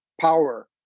power